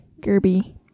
Gerby